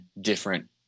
different